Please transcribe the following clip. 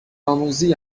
آموزی